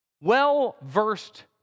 well-versed